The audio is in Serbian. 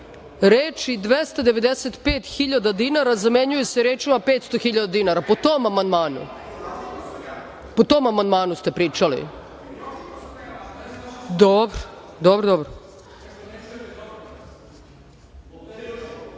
reči 295.000 dinara zamenjuju se rečima 500.000 dinara. Po tom amandmanu? Po tom amandmanu ste pričali? Dobro, dobro.(Narodni